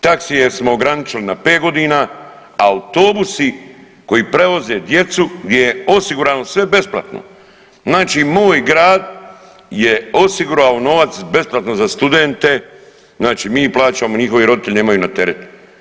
Taksije smo ograničili na 5 godina, autobusi koji prevoze djecu, gdje je osigurano sve besplatno, znači moj grad je osigurao novac besplatno za studente, znači mi plaćamo, njihovi roditelji nemaju na teret.